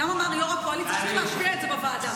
וגם אמר יו"ר הקואליציה שצריך להשמיע את זה בוועדה.